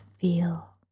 feel